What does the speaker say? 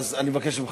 אני מבקש ממך.